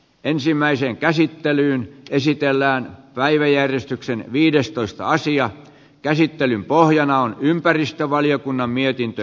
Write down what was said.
ensimmäiseen käsittelyyn esitellään päiväjärjestyksen viidestoista asian käsittelyn pohjana on ympäristövaliokunnan mietintö